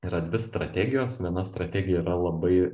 yra dvi strategijos viena strategija yra labai